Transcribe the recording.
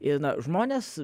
ir na žmonės